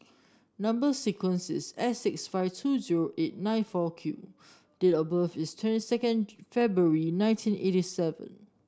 number sequence is S six five two zero eight nine four Q date of birth is twenty second February nineteen eighty seven